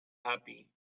happy